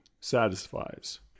satisfies